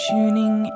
Tuning